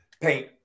Paint